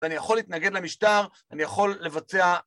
ואני יכול להתנגד למשטר, אני יכול לבצע...